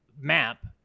map